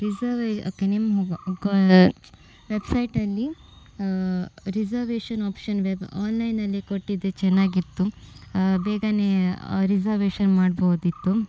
ರಿಸವೇ okay ನಿಮ್ಮ ವೆಬ್ಸೈಟಲ್ಲಿ reservation option web ಆನ್ಲೈನಲ್ಲಿ ಕೊಟ್ಟಿದ್ದು ಚೆನ್ನಾಗಿತ್ತು ಬೇಗನೇ ರಿಸವೇಶನ್ ಮಾಡ್ಬೋದಿತ್ತು